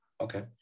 Okay